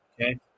Okay